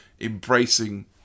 embracing